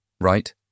right